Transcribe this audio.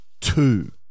two